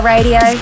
Radio